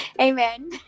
amen